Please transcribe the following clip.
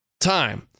time